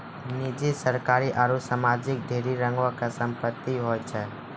निजी, सरकारी आरु समाजिक ढेरी रंगो के संपत्ति होय छै